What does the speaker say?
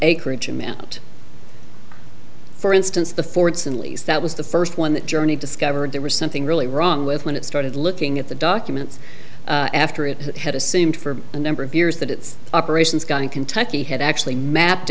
acreage amount for instance the fordson lease that was the first when the journey discovered there was something really wrong with when it started looking at the documents after it had assumed for a number of years that its operations going kentucky had actually mapped